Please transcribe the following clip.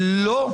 לא.